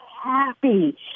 happy